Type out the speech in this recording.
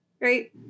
right